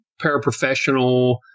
paraprofessional